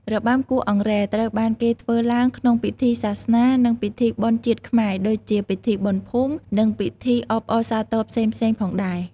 របាំគោះអង្រែ ត្រូវបានគេធ្វើឡើងក្នុងពិធីសាសនានា និង ពិធីបុណ្យជាតិខ្មែរ ដូចជា ពិធីបុណ្យភូមិ និងពិធីអបអរសាទរផ្សេងៗផងដែរ។